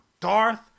Darth